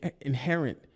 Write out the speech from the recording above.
Inherent